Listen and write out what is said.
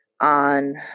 on